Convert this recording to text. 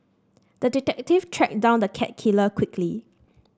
the detective tracked down the cat killer quickly